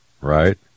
Right